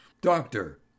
Doctor